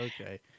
okay